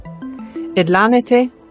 Edlanete